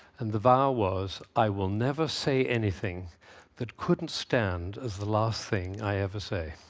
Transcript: and the vow was, i will never say anything that couldn't stand as the last thing i ever say.